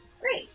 Great